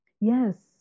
Yes